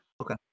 Okay